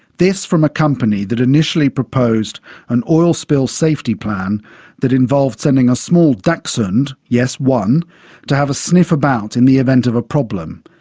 this from a company that initially proposed an oil spill safety plan that involved sending a small dachshund yes, one to have a sniff about in the event of a problem.